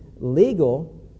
legal